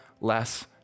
less